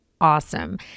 awesome